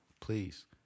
please